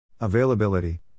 Availability